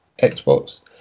Xbox